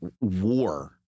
war